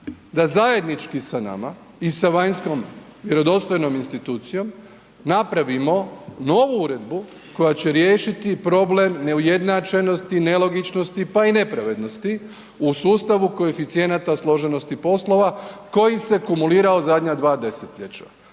da zajednički sa nama i sa vanjskom vjerodostojnom institucijom napravimo novu uredbu koja će riješiti problem neujednačenosti, nelogičnosti, pa i nepravednosti u sustavu koeficijenata složenosti poslova koji se kumulirao zadnja 2 desetljeća.